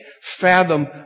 fathom